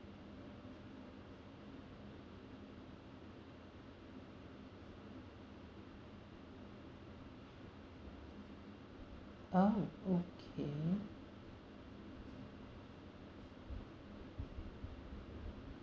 oh okay